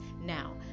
Now